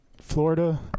Florida